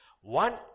One